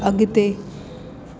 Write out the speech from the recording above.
अॻिते